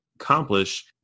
accomplish